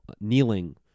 kneeling